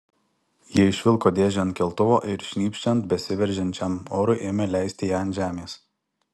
jie išvilko dėžę ant keltuvo ir šnypščiant besiveržiančiam orui ėmė leisti ją ant žemės